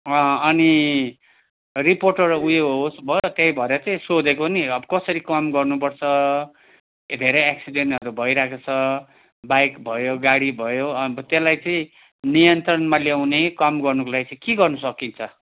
अनि रिपोर्टर उयो उस भयो त्यही भएर चाहिँ सोधेको नि अब कसरी कम गर्नुपर्छ धेरै एक्सिडेन्टहरू भइरहेको छ बाइक भयो गाडी भयो अन्त त्यसलाई चाहिँ नियन्त्रणमा ल्याउने कम गर्नुको लागि चाहिँ के गर्नु सकिन्छ